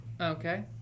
Okay